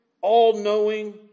all-knowing